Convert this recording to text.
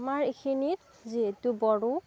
আমাৰ এইখিনিত যিহেতু বড়ো